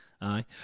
Aye